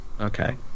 Okay